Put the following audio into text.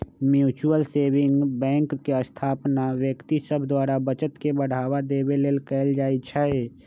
mutual saving bank के स्थापना व्यक्ति सभ द्वारा बचत के बढ़ावा देबे लेल कयल जाइ छइ